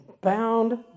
bound